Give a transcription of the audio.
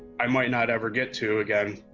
i might not ever get to again.